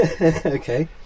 Okay